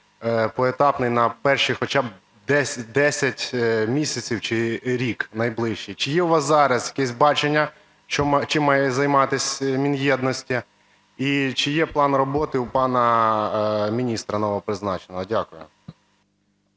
поетапний на перші хоча б десять місяців чи рік найближчий. Чи є у вас зараз якесь бачення, чим має займатися Мін'єдності, і чи є план роботи у пана міністра новопризначеного? Дякую.